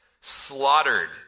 slaughtered